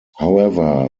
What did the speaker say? however